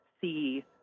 see